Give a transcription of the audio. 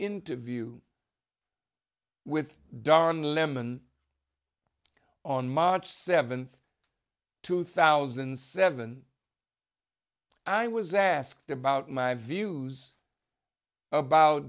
interview with don lemon on march seventh two thousand and seven i was asked about my views about